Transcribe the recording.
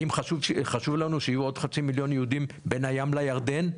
האם חשוב לנו שיהיו עוד חצי מיליון יהודים בין הים לירדן?